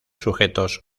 sujetos